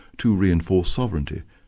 to reinforce sovereignty.